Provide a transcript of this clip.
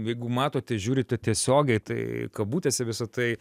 jeigu matote žiūrite tiesiogiai tai kabutėse visa tai